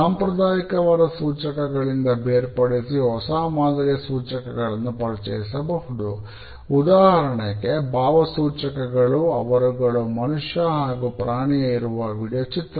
C ಅವರಗಳು ಮನುಷ್ಯ ಹಾಗು ಪ್ರಾಣಿಯ ಇರುವ ವೀಡಿಯೋ ಚಿತ್ರಗಳು